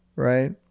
Right